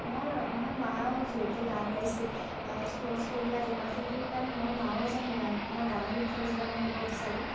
মোৰ মোৰ মাও যিহেতু গান গাইছিল স্কু স্কুলীয়া দিনত সেইকাৰণে মোৰ মাও এজন মোৰ গানৰ শিক্ষক হিচাপে মই ক'ব বিচাৰোঁ